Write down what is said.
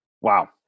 Wow